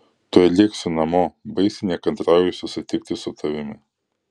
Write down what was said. tuoj lėksiu namo baisiai nekantrauju susitikti su tavimi